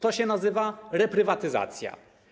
To się nazywa reprywatyzacja.